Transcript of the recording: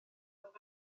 fod